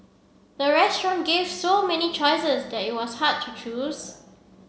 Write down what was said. the restaurant gave so many choices that it was hard to choose